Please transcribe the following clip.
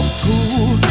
cool